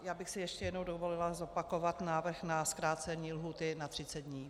Já bych si ještě jednou dovolila zopakovat návrh na zkrácení lhůty na 30 dní.